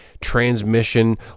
transmission